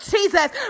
Jesus